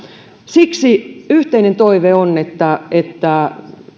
siksi yhteinen toive on että että